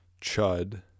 Chud